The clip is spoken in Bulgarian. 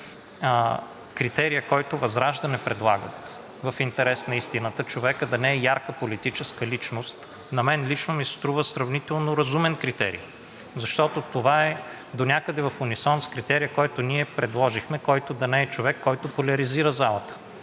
критерият, който от ВЪЗРАЖДАНЕ предлагат – човекът да не е ярка политическа личност, на мен лично ми се струва сравнително разумен критерий. Защото това донякъде е в унисон с критерия, който ние предложихме – да не е човек, който поляризира залата